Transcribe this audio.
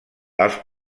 els